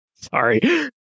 Sorry